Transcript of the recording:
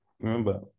remember